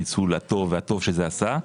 הניצול הטוב והטוב שזה עשה,